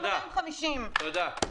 תודה.